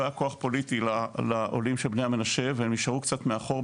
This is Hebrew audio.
לא היה כוח פוליטי לעולים של בני המנשה והם נשארו קצת מאחור,